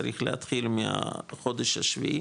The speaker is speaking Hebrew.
צריך להתחיל מהחודש השביעי